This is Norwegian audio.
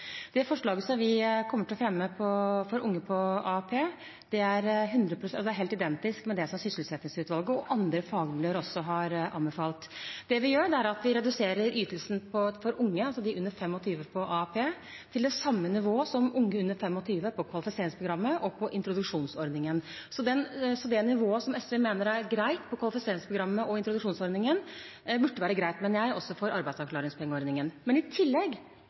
Det forslaget som vi kommer til å fremme for unge på AAP, er helt identisk med det som sysselsettingsutvalget og andre fagmiljøer også har anbefalt. Det vi gjør, er å redusere ytelsen for unge, altså for dem under 25 år, på AAP, til det samme nivået som for unge under 25 år i kvalifiseringsprogrammet og på introduksjonsordningen. Så det nivået som SV mener er greit for kvalifiseringsprogrammet og introduksjonsordningen, burde være greit. Men jeg er også for arbeidsavklaringspengeordningen. I tillegg: